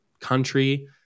country